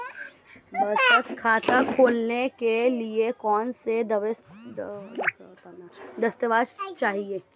बचत खाता खोलने के लिए कौनसे दस्तावेज़ चाहिए?